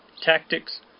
tactics